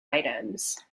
items